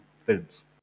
films